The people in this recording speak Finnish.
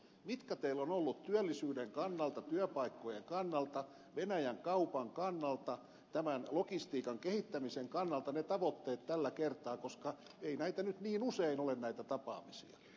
mitkä teillä ovat olleet työllisyyden kannalta työpaikkojen kannalta venäjän kaupan kannalta tämän logistiikan kehittämisen kannalta ne tavoitteet tällä kertaa koska ei näitä nyt niin usein ole näitä tapaamisia